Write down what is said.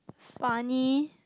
funny